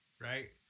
right